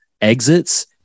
exits